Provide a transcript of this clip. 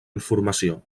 informació